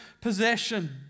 possession